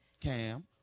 Cam